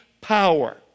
power